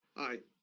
aye.